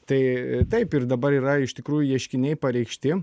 tai taip ir dabar yra iš tikrųjų ieškiniai pareikšti